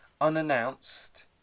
unannounced